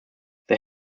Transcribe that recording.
they